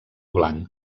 blanc